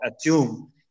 assume